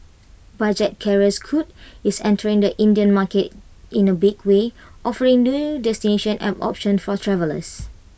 budget carrier scoot is entering the Indian market in A big way offering new destinations and options for travellers